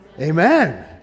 Amen